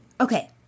okay